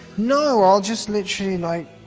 no, i'll just literally like,